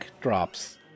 drops